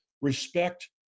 respect